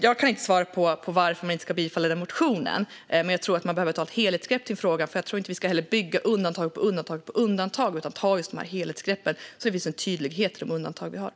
Jag kan inte svara på varför man inte ska bifalla motionen, men jag tror att man behöver ta ett helhetsgrepp kring frågan. Man ska inte bygga på med undantag efter undantag. Det behövs ett helhetsgrepp för att ge tydlighet i de undantag som finns.